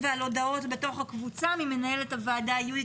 ולצערי פעם אחר פעם הם מגיעים בלחץ לקראת פתיחת שנת הלימודים,